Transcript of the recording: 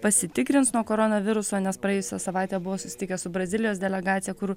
pasitikrins nuo koronaviruso nes praėjusią savaitę buvo susitikęs su brazilijos delegacija kur